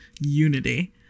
Unity